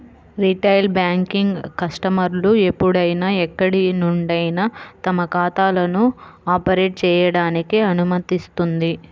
retail banking కస్టమర్లు ఎప్పుడైనా ఎక్కడి నుండైనా తమ ఖాతాలను ఆపరేట్ చేయడానికి అనుమతిస్తుంది